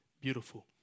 beautiful